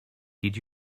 did